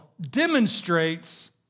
demonstrates